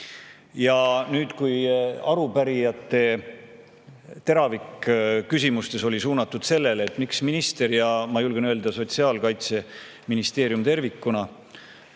Ja nüüd, kui arupärijate küsimuste teravik oli suunatud sellele, et miks minister ja, ma julgen öelda, sotsiaalkaitseministeerium tervikuna